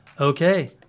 Okay